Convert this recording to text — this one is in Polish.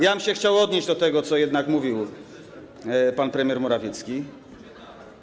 Ja bym się chciał odnieść do tego, co jednak mówił pan premier Morawiecki.